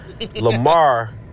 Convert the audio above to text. Lamar